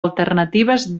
alternatives